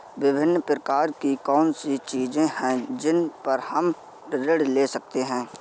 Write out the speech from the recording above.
विभिन्न प्रकार की कौन सी चीजें हैं जिन पर हम ऋण ले सकते हैं?